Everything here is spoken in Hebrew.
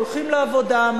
הולכים לעבודה,